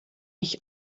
ich